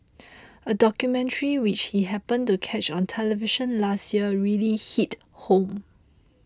a documentary which he happened to catch on television last year really hit home